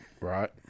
Right